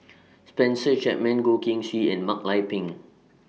Spencer Chapman Goh Keng Swee and Mak Lai Peng